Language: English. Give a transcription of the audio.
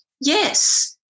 yes